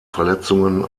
verletzungen